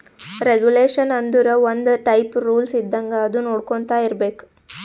regulation ಆಂದುರ್ ಒಂದ್ type rules ಇದ್ದಂಗ ಅದು ನೊಡ್ಕೊಂತಾ ಇರ್ಬೇಕ್